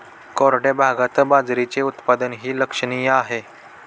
कोरड्या भागात बाजरीचे उत्पादनही लक्षणीय आहे